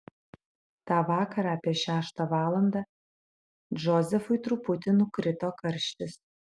tą vakarą apie šeštą valandą džozefui truputį nukrito karštis